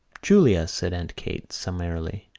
julia, said aunt kate summarily,